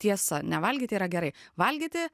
tiesa nevalgyti yra gerai valgyti